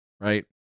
Right